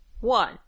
One